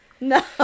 no